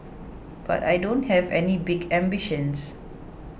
but I don't have any big ambitions